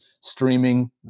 streaming